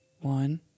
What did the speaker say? one